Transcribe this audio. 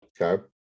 Okay